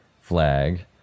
flag